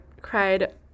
cried